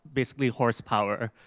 basically horsepower.